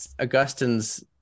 Augustine's